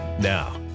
Now